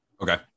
Okay